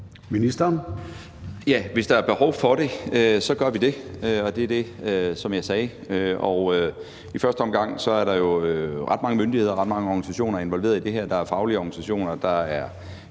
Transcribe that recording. Bødskov): Ja, hvis der er behov for det, gør vi det. Det er det, som jeg sagde. I første omgang er der jo ret mange myndigheder og ret mange organisationer involveret i det her. Der er faglige organisationer. Der er